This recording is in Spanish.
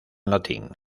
latín